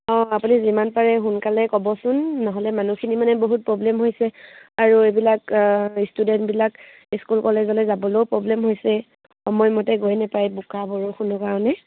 অঁ আপুনি যিমান পাৰে সোনকালে ক'বচোন নহ'লে মানুহখিনি মানে বহুত প্ৰব্লেম হৈছে আৰু এইবিলাক ষ্টুডেণ্টবিলাক স্কুল কলেজলে যাবলৈও প্ৰব্লেম হৈছে সময়মতে গৈ নাপায় বোকা বৰষুণৰ কাৰণে